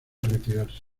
retirarse